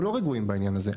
זו סוגיה אמיתית,